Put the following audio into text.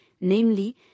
namely